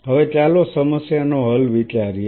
હવે ચાલો સમસ્યા નો હલ વિચારીએ